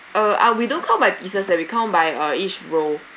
uh ah we don't count by pieces eh we count by uh each roll